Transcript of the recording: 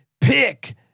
Pick